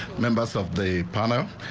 members of the pontiff.